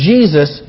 Jesus